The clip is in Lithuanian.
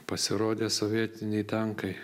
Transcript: pasirodė sovietiniai tankai